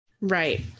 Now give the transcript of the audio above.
Right